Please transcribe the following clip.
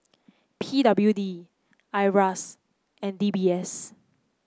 P W D Iras and D B S